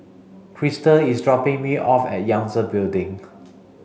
Kristal is dropping me off at Yangtze Building